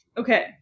Okay